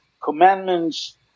commandments